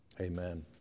Amen